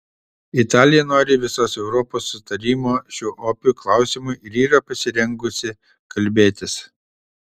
italija nori visos europos sutarimo šiuo opiu klausimu ir yra pasirengusi kalbėtis